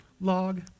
Log